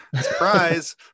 surprise